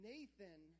Nathan